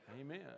Amen